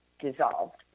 dissolved